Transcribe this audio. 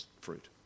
fruit